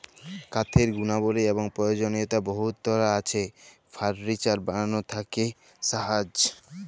কাঠের গুলাবলি এবং পরয়োজলীয়তা বহুতলা আছে ফারলিচার বালাল থ্যাকে জাহাজ